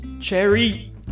Cherry